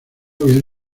habían